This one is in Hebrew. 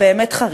הבאמת-חריף.